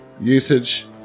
usage